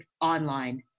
online